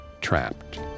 trapped